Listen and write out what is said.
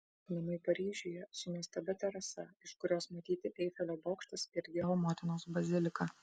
namai paryžiuje su nuostabia terasa iš kurios matyti eifelio bokštas ir dievo motinos bazilika